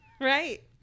Right